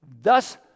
Thus